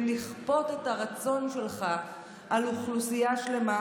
לכפות את הרצון שלך על אוכלוסייה שלמה,